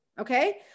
Okay